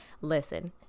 Listen